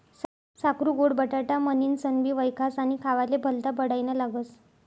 साकरु गोड बटाटा म्हनीनसनबी वयखास आणि खावाले भल्ता बडाईना लागस